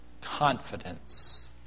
confidence